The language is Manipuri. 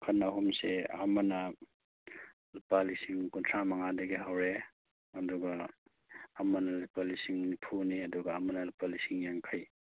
ꯃꯈꯟ ꯑꯍꯨꯝꯁꯦ ꯑꯃꯅ ꯂꯨꯄꯥ ꯂꯤꯁꯤꯡ ꯀꯨꯟꯊ꯭ꯔꯥ ꯃꯉꯥꯗꯒꯤ ꯍꯧꯔꯦ ꯑꯗꯨꯒ ꯑꯃꯅ ꯂꯨꯄꯥ ꯂꯤꯁꯤꯡ ꯅꯤꯐꯨꯅꯤ ꯑꯗꯨꯒ ꯑꯃꯅ ꯂꯨꯄꯥ ꯂꯤꯁꯤꯡ ꯌꯥꯡꯈꯩ